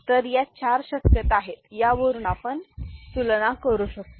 तर या चार शक्यता आहेत यावरून आपण तुलना करू शकतो